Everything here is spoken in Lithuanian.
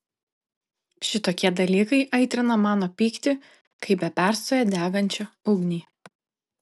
šitokie dalykai aitrina mano pyktį kaip be perstojo degančią ugnį